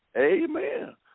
Amen